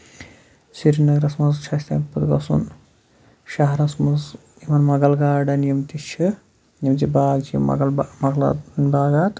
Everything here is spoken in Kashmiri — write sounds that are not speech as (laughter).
سری نَگرَس منٛز چھُ اَسہِ تَمہِ پَتہٕ گژھُن شَہرَس منٛز یِمن مۄگل گاڑن یِم تہِ چھِ یِم چھِ باغ چھِ یِم (unintelligible) باغات